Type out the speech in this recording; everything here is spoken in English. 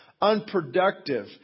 unproductive